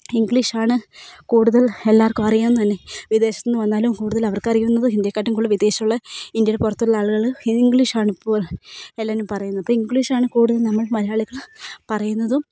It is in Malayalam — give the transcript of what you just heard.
ഇംഗ്ലീഷാണ് കൂടുതൽ എല്ലാവർക്കും അറിയാവുന്നതുതന്നെ വിദേശത്തു നിന്ന് വന്നാലും കൂടുതൽ അവർക്കറിയുന്നത് ഹിന്ദിയേക്കാട്ടും കൂടുതൽ വിദേശത്തുള്ള ഇന്ത്യയുടെ പുറത്തുള്ള ആളുകൾ ഇത് ഇംഗ്ലീഷാണ് ഇപ്പോൾ എല്ലാവരും പറയുന്നത് അപ്പോൾ ഇംഗ്ലീഷാണ് കൂടുതൽ നമ്മൾ മലയാളികൾ പറയുന്നതും